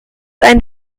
einen